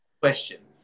Question